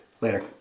Later